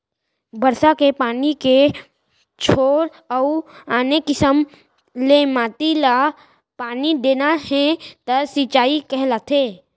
बरसा के पानी के छोर अउ आने किसम ले माटी ल पानी देना ह सिंचई कहलाथे